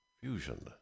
Fusion